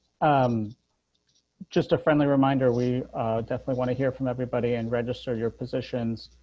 um just a friendly reminder we definitely want to hear from everybody and registered your positions.